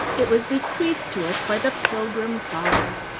it was bequeathed to us by the pilgrim fathers.